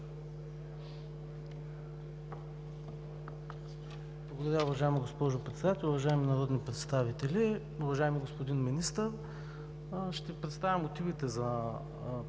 Благодаря, уважаема госпожо Председател. Уважаеми народни представители, уважаеми господин Министър! Ще представя мотивите за това предложение,